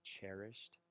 cherished